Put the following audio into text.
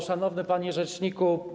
Szanowny Panie Rzeczniku!